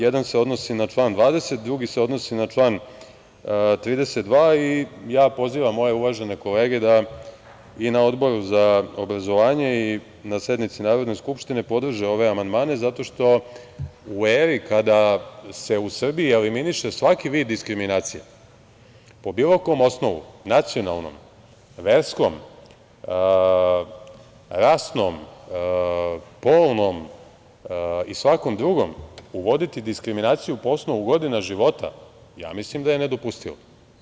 Jedan se odnosi na član 20, drugi se odnosi na član 32 i pozivam moje uvažene kolege da i na Odboru za obrazovanje i na sednici Narodne skupštine podrže ove amandmane zato što u eri kada se u Srbiji eliminiše svaki vid diskriminacija po bilo osnovu, nacionalnom, verskom, rasnom, polnom i svakom drugom uvoditi diskriminaciju po osnovu godina života, ja mislim da je nedopustivo.